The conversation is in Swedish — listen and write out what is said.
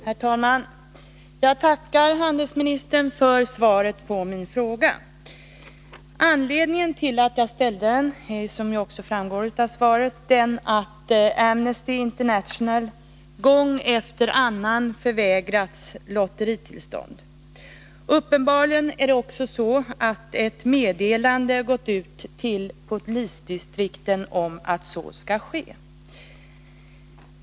Herr talman! Jag tackar handelsministern för svaret på min fråga. Anledningen till att jag ställde den är, som ju också framgår av svaret, att Amnesty International gång efter annan förvägrats lotteritillstånd. Uppenbarligen har också ett meddelande gått ut till polisdistrikten om att så skall ske.